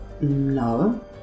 No